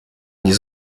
nie